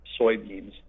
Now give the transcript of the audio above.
soybeans